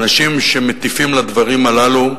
אנשים שמטיפים לדברים האלה,